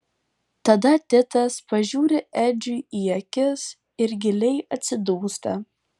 tada titas pažiūri edžiui į akis ir giliai atsidūsta